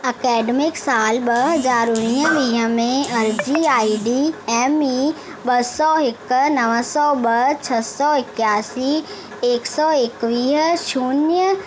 academic साल ॿ हज़ार उणिवीह वीह में अर्ज़ी आई डी एम ई ॿ सौ हिकु नव सौ ॿ छह सौ एकासी एक सौ एकवीह शून्य